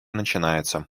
начинается